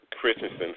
Christensen